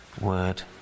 word